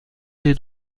dei